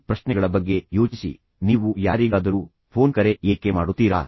ಈ ಪ್ರಶ್ನೆಗಳ ಬಗ್ಗೆ ಯೋಚಿಸಿನೀವು ಯಾರಿಗಾದರೂ ಫೋನ್ ಕರೆ ಏಕೆ ಮಾಡುತ್ತೀರಾ